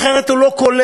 אחרת, הוא לא קולט.